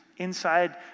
inside